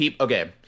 Okay